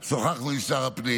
שוחחנו עם שר הפנים,